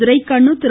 Duraikannu Thiru